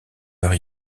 heure